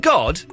God